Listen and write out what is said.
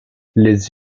les